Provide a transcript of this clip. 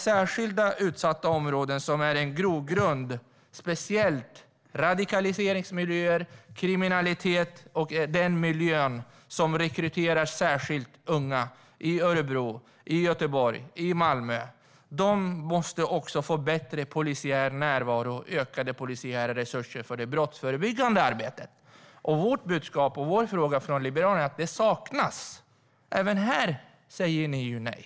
Särskilt utsatta områden är en grogrund för speciellt radikalisering och kriminalitet. De är miljöer där särskilt unga rekryteras - i Örebro, i Göteborg, i Malmö. De måste också få bättre polisiär närvaro och ökade polisiära resurser för det brottsförebyggande arbetet. Liberalernas budskap är att det saknas. Även här säger ni nej.